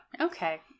Okay